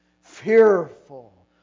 fearful